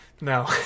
no